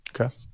Okay